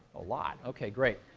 a lot, ok, great.